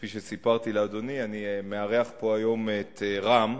כפי שסיפרתי לאדוני, אני מארח פה היום את רם.